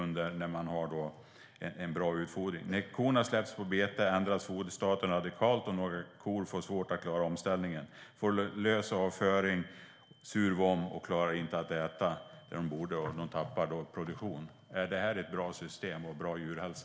När korna släpps på bete ändras foderstaten radikalt och korna får svårt att klara omställningen, får lös avföring, sur vom och klarar inte äta och tappar då produktion. Är detta ett bra system och en bra djurhälsa?